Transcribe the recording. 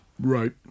Right